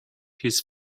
his